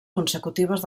consecutives